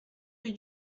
rue